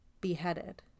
beheaded